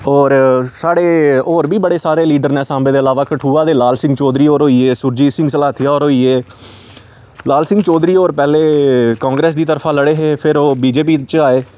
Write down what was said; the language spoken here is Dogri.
होर साढ़े होर बी बड़े सारे लीडर न सांबे दे अलावा कठुआ दे लाल सिंह् चौधरी होर होई गे सुरजीत सिंह सलाथिया होर होई गे लाल सिंह चौधरी होर पैह्लें कांग्रेस दी तरफा लड़े हे फिर ओह् बीजेपी च आए